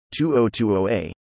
2020a